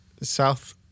south